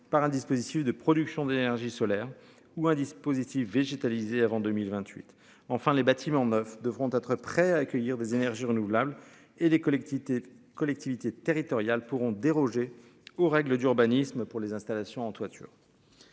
par un dispositif de production d'énergie solaire ou un dispositif végétalisée avant 2028. Enfin les bâtiments neufs devront être prêts à accueillir des énergies renouvelables et les collectivités, collectivités territoriales, pourront déroger aux règles d'urbanisme pour les installations en toiture.